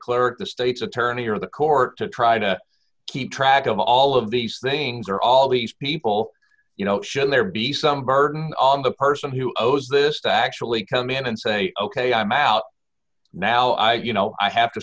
clerk the state's attorney or the court to try to keep track of all of these things or all these people you know should there be some burden on the person who owes this to actually come in and say ok i'm out now i you know i have to